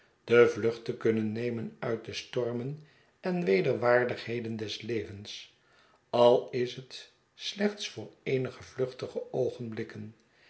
vlucht te kunnen nemen uit de stormen en wederwaardigheden des levens al is het slechts voor eenige vluchtige oogenblikken